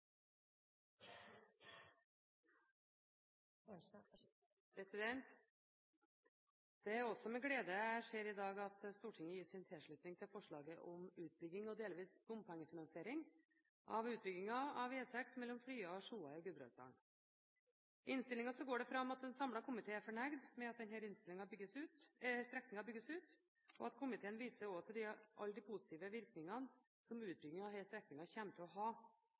glede jeg i dag ser at Stortinget gir sin tilslutning til forslaget om delvis bompengefinansiering av utbyggingen av E6 mellom Frya og Sjoa i Gudbrandsdalen. I innstillingen går det fram at en samlet komité er fornøyd med at denne strekningen bygges ut. Komiteen viser også til alle de positive virkningene som utbyggingen av